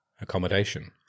Accommodation